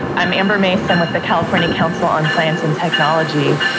i'm amber mace, i'm with the california council on science and technology.